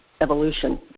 evolution